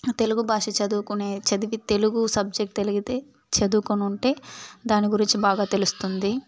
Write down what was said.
తెలుగుభాష చదువుకునే చదివి తెలుగు సబ్జెక్ట్ తలిగితే చదువుకొనుంటే దానిగురించి బాగా తెలుస్తుంది